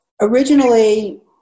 originally